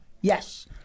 yes